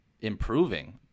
improving